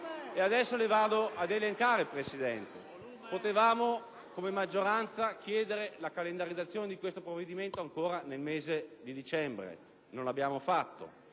adesso elencherò, Presidente. Potevamo, come maggioranza, chiedere la calendarizzazione di questo provvedimento nel mese di dicembre, e non l'abbiamo fatto.